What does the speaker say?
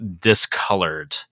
discolored